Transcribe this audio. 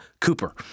Cooper